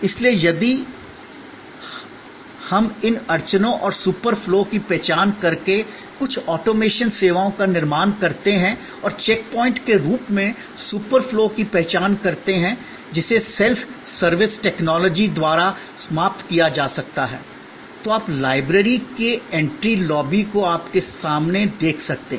इसलिए यदि हम इन अड़चनों और सुपर फ्लो की पहचान करके कुछ ऑटोमेशन सेवाओं का निर्माण करते हैं और चेक पॉइंट के रूप में सुपर फ्लो की पहचान करते हैं जिसे सेल्फ सर्विस टेक्नोलॉजी द्वारा समाप्त किया जा सकता है तो आप लाइब्रेरी के एंट्री लॉबी को आपके सामने देख सकते हैं